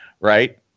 right